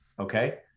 okay